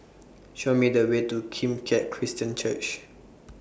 Show Me The Way to Kim Keat Christian Church